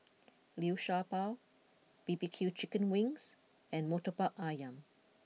Liu Sha Bao B B Q Chicken Wings and Murtabak Ayam